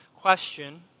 question